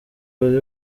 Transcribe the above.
buri